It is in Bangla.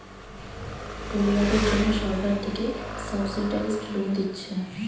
পড়ুয়াদের জন্যে সরকার থিকে সাবসিডাইস্ড লোন দিচ্ছে